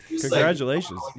Congratulations